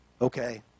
Okay